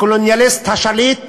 הקולוניאליסט השליט